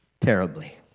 terribly